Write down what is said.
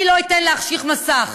אני בוודאי לא אתן להחשיך מסך.